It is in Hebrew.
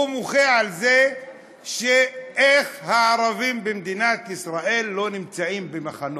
הוא מוחה על זה שאיך הערבים במדינת ישראל לא נמצאים במחנות,